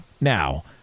now